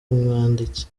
umwanditsi